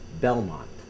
Belmont